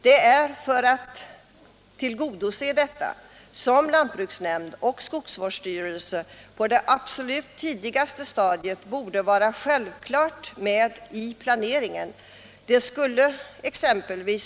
Det är med tanke på detta som lantbruksnämnd och skogsvårdsstyrelse självfallet borde vara med vid planeringen på det absolut tidigaste stadiet.